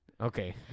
Okay